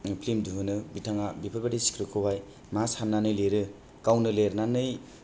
film दिहुनो बिथाङा बेफोरबायदि सिक्रिफखौहाय मा साननानै लिरो गावनो लिरनानै